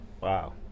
Wow